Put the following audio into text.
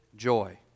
joy